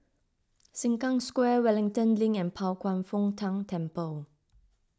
Sengkang Square Wellington Link and Pao Kwan Foh Tang Temple